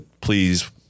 please